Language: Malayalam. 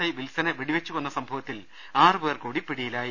ഐ വിൽസണെ വെടിവച്ചു കൊന്ന സംഭവത്തിൽ ആറുപേർ കൂടി പിടിയിലായി